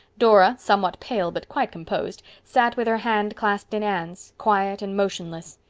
dora, somewhat pale but quite composed, sat with her hand clasped in anne's, quiet and motionless.